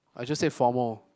I just say formal